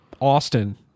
austin